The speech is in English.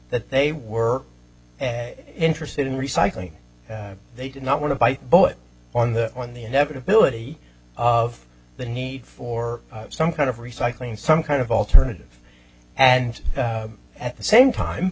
that they were interested in recycling they did not want to fight but on the on the inevitability of the need for some kind of recycling some kind of alternative and at the same time